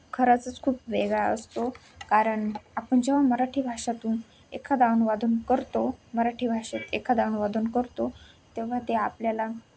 खरंचच खूप वेगळा असतो कारण आपण जेव्हा मराठी भाषातून एखादं अनुवाद करतो मराठी भाषेत एखादं अनुवाद करतो तेव्हा ते आपल्याला